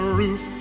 roof